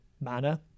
manner